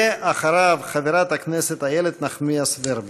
ואחריו, חברת הכנסת איילת נחמיאס ורבין.